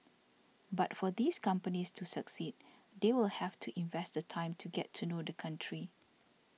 but for these companies to succeed they will have to invest the time to get to know the country